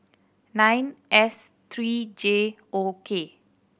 nine S three J O K